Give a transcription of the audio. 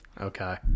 Okay